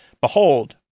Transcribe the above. behold